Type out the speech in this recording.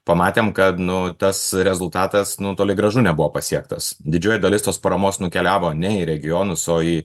pamatėm kad nu tas rezultatas nu toli gražu nebuvo pasiektas didžioji dalis tos paramos nukeliavo ne į regionus o į